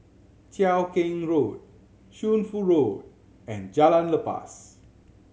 Cheow Keng Road Shunfu Road and Jalan Lepas